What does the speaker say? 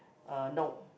uh no